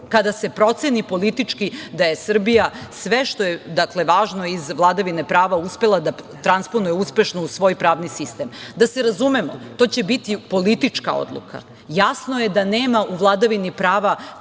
kada se proceni politički da je Srbija sve što je važno iz vladavine prava uspela da transponuje uspešno u svoj pravni sistem. Da se razumemo, to će biti politička odluka. Jasno je da nema u vladavini prava